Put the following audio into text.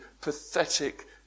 pathetic